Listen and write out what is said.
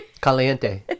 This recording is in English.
Caliente